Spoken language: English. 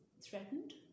threatened